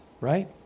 right